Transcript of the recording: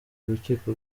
rukiko